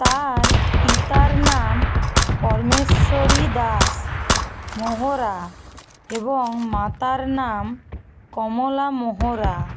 তাঁর পিতার নাম পরমেশ্বরী দাস মোহরা এবং মাতার নাম কমলা মোহরা